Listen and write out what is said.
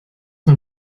mal